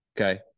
Okay